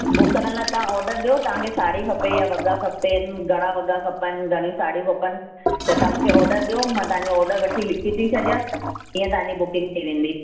book करण लाइ तव्हां ऑडर ॾियो तव्हांखे साड़ी खपे या वॻा खपनि घणा वॻा खपनि घणियूं साड़ियूं खपनि त तव्हां मूंखे ऑडर ॾियो मां तव्हांजो ऑडर वठी लिखी थी छॾियां ईअं तव्हांजी बुकिंग थी वेंदी